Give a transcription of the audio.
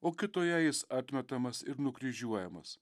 o kitoje jis atmetamas ir nukryžiuojamas